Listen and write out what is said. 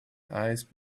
eyes